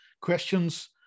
questions